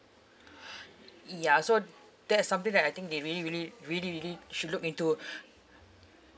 ya so that is something that I think they really really really really should look into